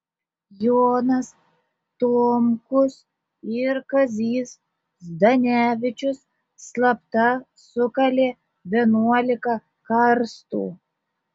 jonas tomkus ir kazys zdanevičius slapta sukalė vienuolika karstų